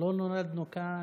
לא נולדנו כאן?